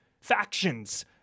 factions